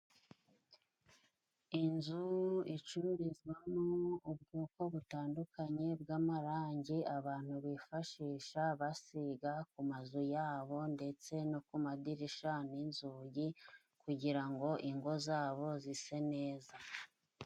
Inzu icururirizamo ubwoko butandukanye bw'amarangi abantu bifashisha basiga ku mazu yabo, ndetse no ku madirisha n'inzugi kugira ngo ingo zabo zise neza.